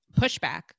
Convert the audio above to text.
pushback